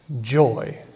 joy